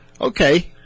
okay